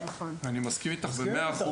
אני מסכים איתך במאה אחוז.